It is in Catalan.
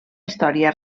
història